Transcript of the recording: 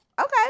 okay